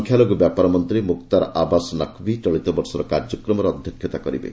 ସଂଖ୍ୟା ଲଘୁ ବ୍ୟାପାର ମନ୍ତ୍ରୀ ମୁକ୍ତାର ଆବାସ ନକବୀ ଚଳିତ ବର୍ଷର କାର୍ଯ୍ୟକ୍ରମରେ ଅଧ୍ୟକ୍ଷତା କରିବେ